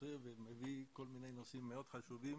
עושה ומביא כל מיני נושאים מאוד חשובים